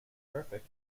perfect